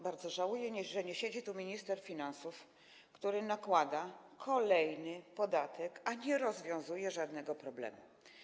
Bardzo żałuję, że nie siedzi tu minister finansów, który nakłada kolejny podatek, a nie rozwiązuje żadnego problemu.